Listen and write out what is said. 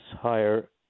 higher